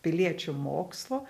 piliečių mokslu